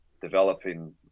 developing